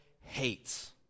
hates